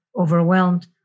overwhelmed